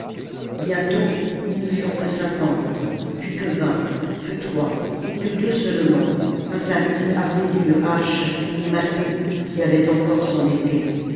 bientôt ils ne furent que cinquante puis que vingt que trois et que deux seulement un samnite armé d'une hache et mâtho qui avait encore son épée